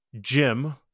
Jim